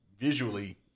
Visually